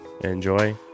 enjoy